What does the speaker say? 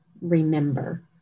remember